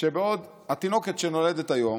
שהתינוקת שנולדת היום